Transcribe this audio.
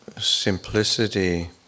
simplicity